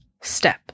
step